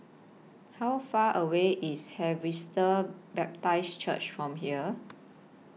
How Far away IS Harvester Baptist Church from here